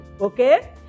okay